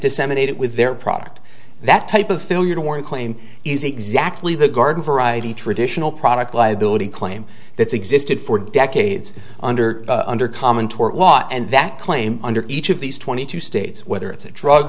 disseminate it with their product that type of failure to warn claim is exactly the garden variety traditional product liability claim that's existed for decades under under common tort law and that claim under each of these twenty two states whether it's a drug